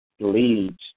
leads